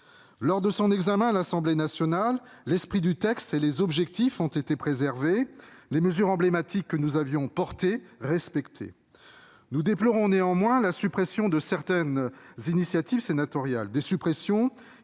Lors de son examen à l'Assemblée nationale, l'esprit du texte et ses objectifs ont été préservés, et les mesures emblématiques que nous avions adoptées ont été respectées. Nous déplorons néanmoins la suppression de certaines initiatives sénatoriales. Ces modifications